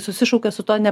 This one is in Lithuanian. susišaukia su tuo ne